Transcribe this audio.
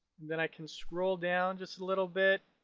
then i can scroll down just a little bit,